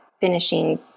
finishing